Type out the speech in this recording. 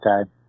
okay